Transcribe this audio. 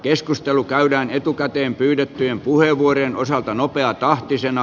keskustelu käydään etukäteen pyydettyjen puheenvuorojen osalta nopeatahtisena